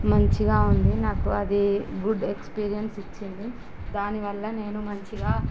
మంచిగా ఉంది నాకు అది గుడ్ ఎక్స్పీరియన్స్ ఇచ్చింది దానివల్ల నేను మంచిగా